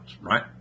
right